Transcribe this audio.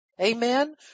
Amen